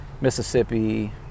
Mississippi